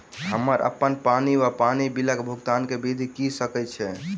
हम्मर अप्पन पानि वा पानि बिलक भुगतान केँ विधि कऽ सकय छी?